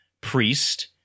priest